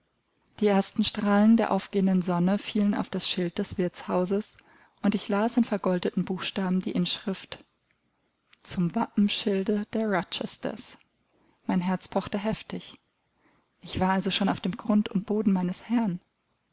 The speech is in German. die ersten strahlen der aufgehenden sonne fielen auf das schild des wirtshauses und ich las in vergoldeten buchstaben die inschrift zum wappenschild der rochesters mein herz pochte heftig ich war also schon auf dem grund und boden meines herrn